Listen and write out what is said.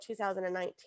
2019